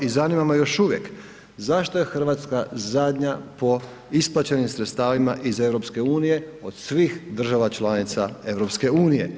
I zanima me još uvijek zašto je Hrvatska zadnja po isplaćenim sredstvima iz EU od svih država članica EU?